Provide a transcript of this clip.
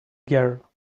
girl